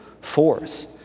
force